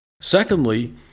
Secondly